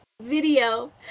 video